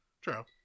True